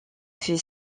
fait